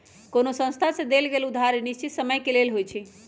कोनो संस्था से देल गेल उधारी निश्चित समय के लेल होइ छइ